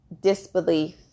disbelief